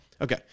Okay